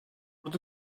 ordu